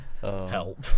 Help